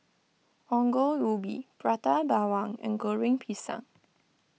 Ongol Ubi Prata Bawang and Goreng Pisang